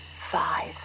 Five